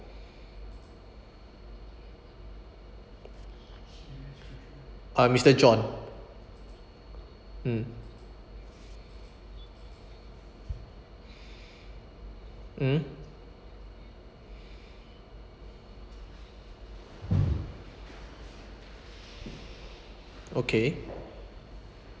uh mister john mm mm okay